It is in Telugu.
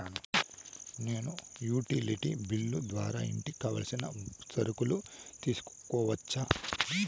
నేను యుటిలిటీ బిల్లు ద్వారా ఇంటికి కావాల్సిన సరుకులు తీసుకోవచ్చా?